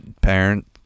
parent